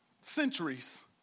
centuries